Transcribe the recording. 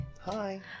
Hi